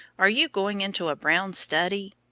are you going into a brown study?